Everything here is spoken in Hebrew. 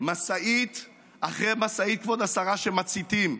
משאית אחרי משאית, כבוד השרה, שמציתים,